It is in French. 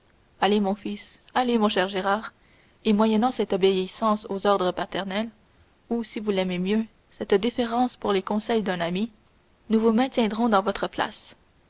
allez mon fils allez mon cher gérard et moyennant cette obéissance aux ordres paternels ou si vous l'aimez mieux cette déférence pour les conseils d'un ami nous vous maintiendrons dans votre place